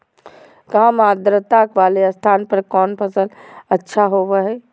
काम आद्रता वाले स्थान पर कौन फसल अच्छा होबो हाई?